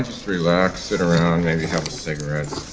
relax, sit around, maybe have a cigarette.